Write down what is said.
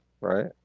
right